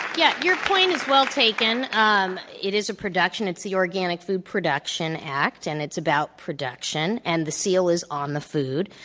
yeah, your point is well taken. it is production. it's the organic food production act. and it's about production. and the seal is on the food,